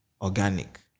organic